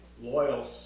loyal